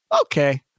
Okay